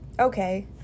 okay